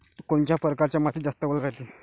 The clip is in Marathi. कोनच्या परकारच्या मातीत जास्त वल रायते?